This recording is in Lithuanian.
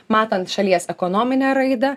matant šalies ekonominę raidą